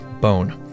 bone